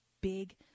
big